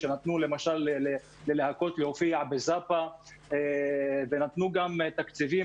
כשנתנו למשל ללהקות להופיע בזאפה ונתנו גם תקציבים